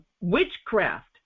witchcraft